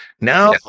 Now